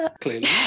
Clearly